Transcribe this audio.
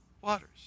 waters